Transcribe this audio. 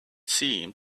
seemed